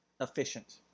efficient